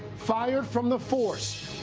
fired from the force.